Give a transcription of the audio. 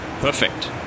perfect